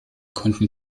konnten